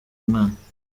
mwana